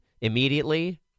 immediately